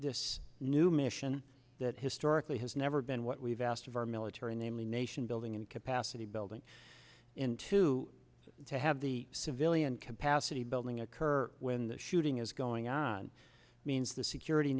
this new mission that historically has never been what we've asked of our military namely nation building and capacity building into to have the civilian capacity building occur when the shooting is going on means the security